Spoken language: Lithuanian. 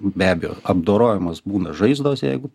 be abejo apdorojamos būna žaizdos jeigu